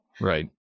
Right